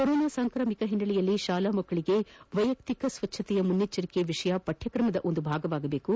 corona ಸಾಂಕ್ರಾಮಿಕ ಹಿನ್ನೆಲೆಯಲ್ಲಿ ಶಾಲಾ ಮಕ್ಕಳಿಗೆ ವೈಯಕ್ತಿಕ ಮುನ್ನೆಚ್ಚರಿಕೆ ವಿಷಯ ಪಠ್ವತ್ರಮದ ಒಂದು ಭಾಗವಾಗಬೇಕು